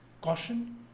caution